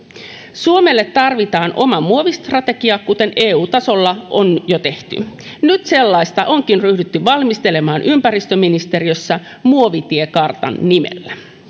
suomelle tarvitaan oma muovistrategia kuten eu tasolla on jo tehty nyt sellaista onkin ryhdytty valmistelemaan ympäristöministeriössä muovitiekartan nimellä